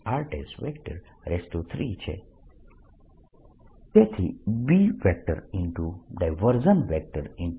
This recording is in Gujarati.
Bx∂xBy∂yBz∂z AJr Br rr r3 તેથી B